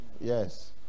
Yes